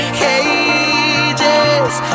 cages